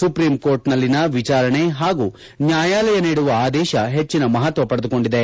ಸುಪ್ರೀಂಕೋರ್ಟ್ನಲ್ಲಿನ ವಿಚಾರಣೆ ಹಾಗೂ ನ್ಯಾಯಾಲಯ ನೀಡುವ ಆದೇಶ ಹೆಚ್ಚಿನ ಮಹತ್ವ ಪಡೆದುಕೊಂಡಿದೆ